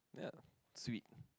yeah sweet